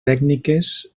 tècniques